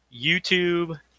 YouTube